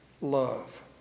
love